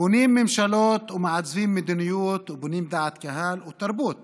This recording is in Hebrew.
בונים ממשלות ומעצבים מדיניות ובונים דעת קהל או תרבות